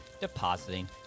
depositing